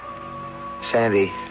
sandy